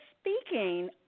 speaking